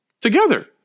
Together